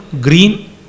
green